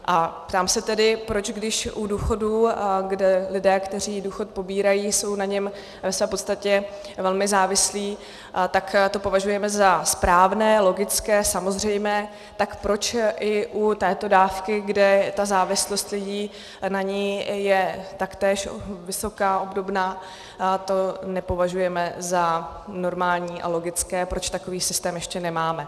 A ptám se tedy, proč když u důchodů, kde lidé, kteří důchod pobírají, jsou na něm ve své podstatě velmi závislí, to považujeme za správné, logické, samozřejmé, tak proč i u této dávky, kde ta závislost lidí na ní je taktéž vysoká, obdobná, to nepovažujeme za normální a logické, proč takový systém ještě nemáme.